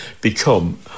become